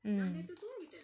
mm